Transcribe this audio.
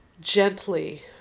gently